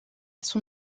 son